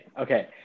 okay